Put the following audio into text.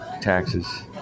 taxes